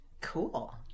Cool